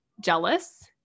jealous